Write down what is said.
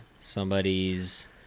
somebody's